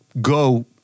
go